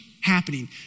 happening